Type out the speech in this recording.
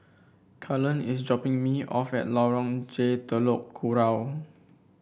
Cullen is dropping me off at Lorong J Telok Kurau